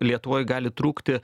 lietuvoj gali trūkti